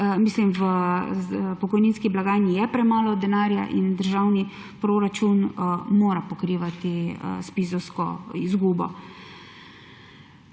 kajti v pokojninski blagajni je premalo denarja in državni proračun mora pokrivati izgubo